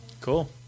Cool